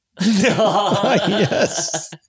Yes